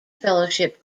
fellowship